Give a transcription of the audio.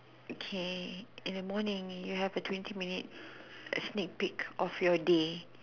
okay in the morning you have the twenty minute sneak peek of your day